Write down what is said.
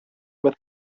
with